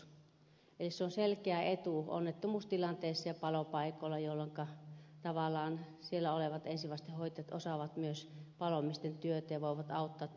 eli se on selkeä etu onnettomuustilanteissa ja palopaikoilla jolloinka tavallaan siellä olevat ensivastehoitajat osaavat myös palomiesten työt ja voivat auttaa toinen toisiaan